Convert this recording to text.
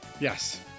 Yes